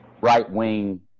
right-wing